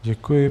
Děkuji.